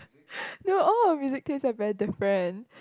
no all of music taste are very different